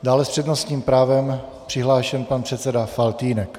Dále s přednostním právem je přihlášen pan předseda Faltýnek.